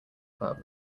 pub